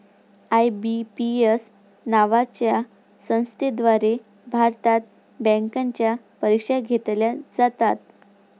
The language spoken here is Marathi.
आय.बी.पी.एस नावाच्या संस्थेद्वारे भारतात बँकांच्या परीक्षा घेतल्या जातात